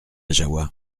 jahoua